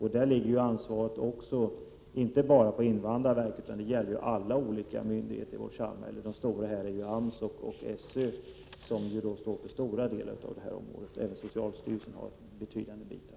Här ligger ansvaret inte bara på invandrarverket utan även på andra myndigheter i vårt samhälle. De stora är AMS och SÖ som står för den stora delen på detta område, men även socialstyrelsen har betydande bitar.